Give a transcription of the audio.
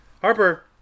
Harper